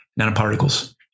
nanoparticles